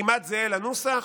כמעט זהה לנוסח,